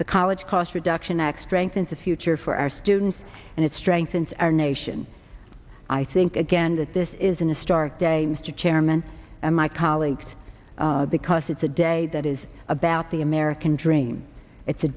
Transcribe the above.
the college cost reduction act strengthens the future for our students and it strengthens our nation i think again that this is an historic day mr chairman and my colleagues because it's a day that is about the american dream it's a